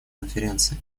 конференции